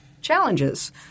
challenges